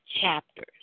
chapters